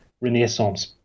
Renaissance